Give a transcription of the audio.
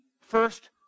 first